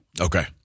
Okay